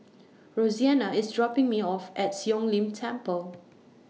Roseanna IS dropping Me off At Siong Lim Temple